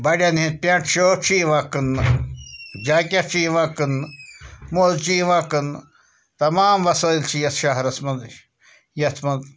بَڑٮ۪ن ہِنٛدۍ pant shirt چھِ یِوان کٕنٛنہٕ جاکٮ۪ٹ چھِ یِوان کٕنٛنہٕ موزٕ چھِ یِوان کٕنٛنہٕ تمام وَسٲیِل چھِ یَتھ شہرَس منٛز اَسہِ یَتھ منٛز